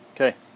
Okay